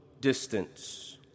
distance